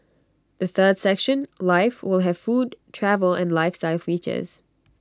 the third section life will have food travel and lifestyle features